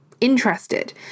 Interested